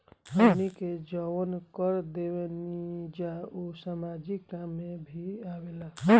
हमनी के जवन कर देवेनिजा उ सामाजिक काम में भी आवेला